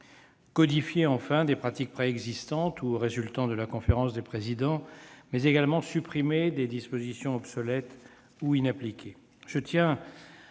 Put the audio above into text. codifier, enfin, des pratiques préexistantes ou résultant de la conférence des présidents, mais également supprimer des dispositions obsolètes ou inappliquées.